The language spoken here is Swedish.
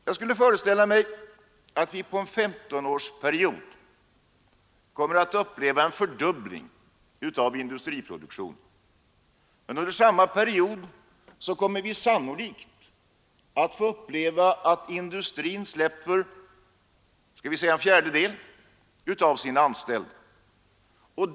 Jag skulle föreställa mig att vi på en 1S5-årsperiod kommer att få uppleva en fördubbling av industriproduktionen, men att vi under samma period sannolikt kommer att få uppleva att industrin släpper, skall vi säga en fjärdedel av sina anställda.